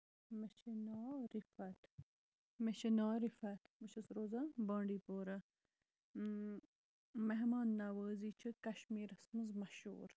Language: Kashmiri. مےٚ چھُ ناو رِفَت مےٚ چھُ ناو رِفت بہٕ چھُس روزان بانڈی پورا اۭں مہمان نَوٲزی چھِ کَشمیٖرَس منٛز مَشہوٗر